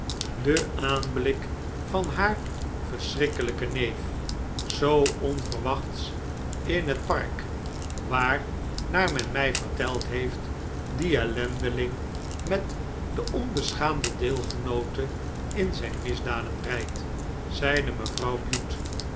de aanblik van haar verschrikkelijken neef zoo onverwachts in het park waar naar men mij verteld heeft die ellendeling met de onbeschaamde deelgenoote in zijn misdaden rijdt zeide mevrouw bute